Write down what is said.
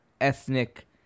ethnic